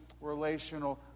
relational